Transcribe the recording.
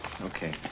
Okay